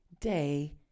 day